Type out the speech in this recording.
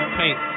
paint